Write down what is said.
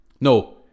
No